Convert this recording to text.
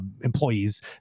employees